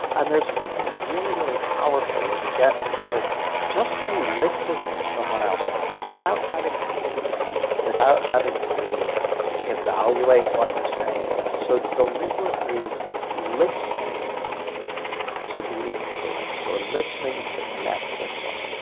and there's something really, really powerful when you get people just to listen to someone else without having to think about it, without having to evaluate what they're saying so deliberately listening to be influenced or listening to connect with them.